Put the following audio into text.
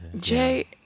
Jay